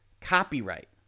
copyright